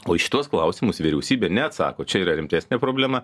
o į šituos klausimus vyriausybė neatsako čia yra rimtesnė problema